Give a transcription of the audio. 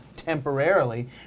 temporarily